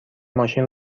ماشین